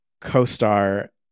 co-star